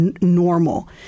normal